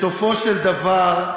בסופו של דבר,